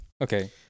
okay